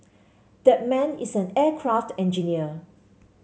that man is an aircraft engineer